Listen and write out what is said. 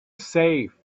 safe